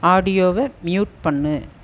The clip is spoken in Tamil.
ஆடியோவை மியூட் பண்ணு